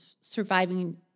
Surviving